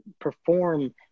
perform